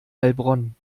heilbronn